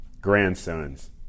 grandsons